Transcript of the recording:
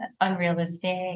unrealistic